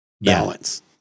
balance